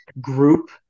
group